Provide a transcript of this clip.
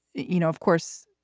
you know, of course,